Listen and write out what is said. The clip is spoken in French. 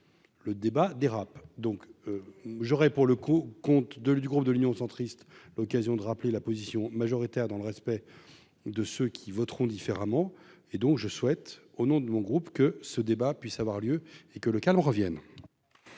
le débat dérape donc j'aurais, pour le coup, compte de l'du groupe de l'Union centriste, l'occasion de rappeler la position majoritaire dans le respect de ceux qui voteront différemment, et donc je souhaite, au nom de mon groupe que ce débat puisse avoir lieu et que le calme revienne.